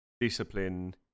discipline